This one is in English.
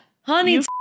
Honey